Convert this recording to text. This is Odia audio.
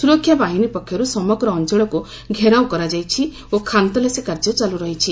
ସୁରକ୍ଷା ବାହିନୀ ପକ୍ଷରୁ ସମଗ୍ର ଅଞ୍ଚଳକୁ ଘେରାଉ କରାଯାଇଛି ଓ ଖାନତଲାସୀ କାର୍ଯ୍ୟ ଚାଲୁ ରହିଛି